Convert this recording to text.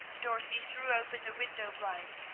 dorothy threw open the window-blinds,